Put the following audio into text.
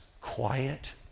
quiet